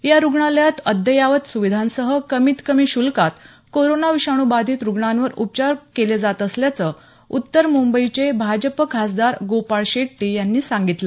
या रुग्णालयात अद्ययावत सुविधांसह कमीत कमी शुल्कात कोरोना विषाणुबाधित रुग्णांवर उपचार केले जात असल्याचं उत्तर मुंबईचे भाजप खासदार गोपाळ शेट्टी यांनी सांगितलं